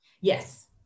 Yes